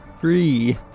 Three